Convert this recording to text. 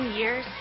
years